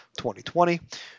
2020